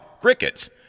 crickets